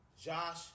Josh